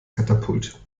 katapult